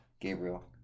gabriel